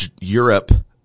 Europe –